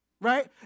right